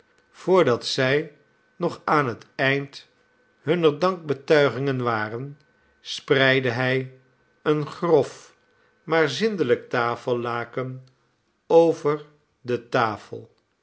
voordat zij nog aan het eind hunner dankbetuigingen waren spreidde hij een grofmaar zindelijk tafellaken over de tafel